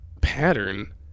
pattern